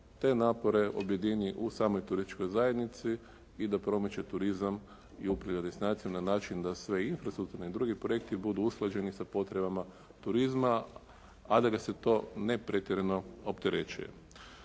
te napore objedini u samoj turističkoj zajednici i da promiče turizam i upravlja destinacijom da svi infrastrukturni i drugi projekti budu usklađeni sa potrebama turizma a da ga se to ne pretjerano opterećuje.